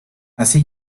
así